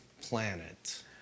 planet